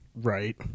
Right